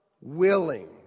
willing